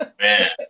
Man